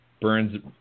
burns